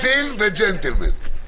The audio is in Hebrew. קצין וג'נטלמן.